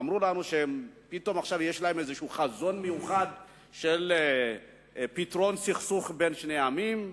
אמרו לנו שפתאום עכשיו יש להם חזון מיוחד של פתרון הסכסוך בין שני עמים.